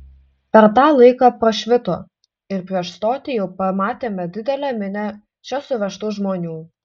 per tą laiką prašvito ir prieš stotį jau pamatėme didelę minią čia suvežtų žmonių